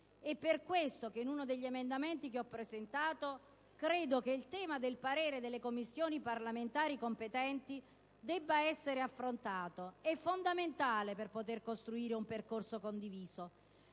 È per questo che in uno degli emendamenti che ho presentato il tema dei pareri delle Commissioni parlamentari competenti deve essere affrontato. È fondamentale per poter costruire un percorso condiviso.